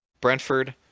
Brentford